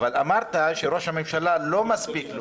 אמרת, אדוני היושב-ראש, שלראש הממשלה זה לא מספיק.